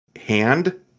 hand